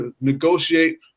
negotiate